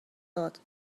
داد